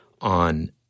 on